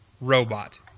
Robot